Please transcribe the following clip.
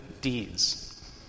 deeds